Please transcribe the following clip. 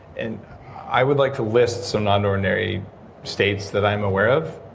and i would like to list some non-ordinary states that i'm aware of.